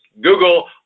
Google